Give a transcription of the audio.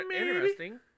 interesting